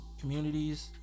communities